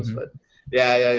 but yeah.